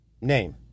name